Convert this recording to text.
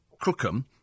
Crookham